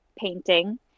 painting